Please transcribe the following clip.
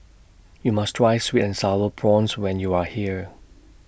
YOU must Try Sweet and Sour Prawns when YOU Are here